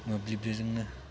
मोब्लिबजोंनो